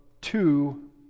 two